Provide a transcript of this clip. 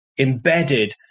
embedded